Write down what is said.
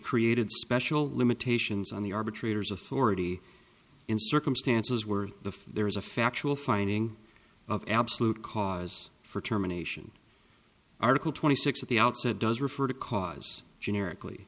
created special limitations on the arbitrator's authority in circumstances where the there is a factual finding of absolute cause for terminations article twenty six at the outset does refer to cause generically